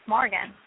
Morgan